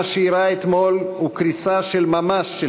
מה שאירע אתמול הוא קריסה של ממש של